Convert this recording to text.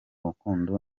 rukundo